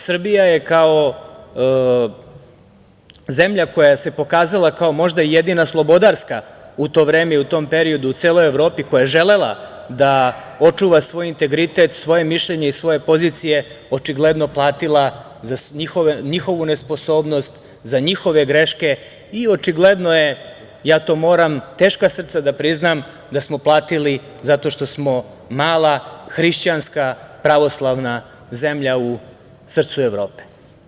Srbija je kao zemlja koja se pokazala kao možda jedina slobodarska u to vreme i u tom periodu u celoj Evropi, koja je želela da očuva svoj integritet, svoje mišljenje i svoje pozicije, očigledno platila za njihovu nesposobnost, za njihove greške i očigledno je, ja to moram teška srca da priznam, da smo platili zato što smo mala hrišćanska pravoslavna zemlja u srcu Evrope.